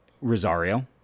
Rosario